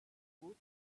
woot